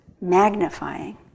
magnifying